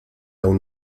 aún